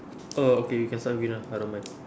oh okay you can start with green ah I don't mind